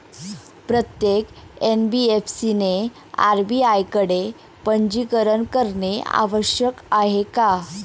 प्रत्येक एन.बी.एफ.सी ने आर.बी.आय कडे पंजीकरण करणे आवश्यक आहे का?